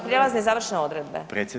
Prijelazne i završne odredbe.